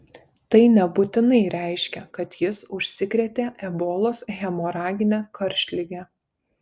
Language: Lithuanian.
tai nebūtinai reiškia kad jis užsikrėtė ebolos hemoragine karštlige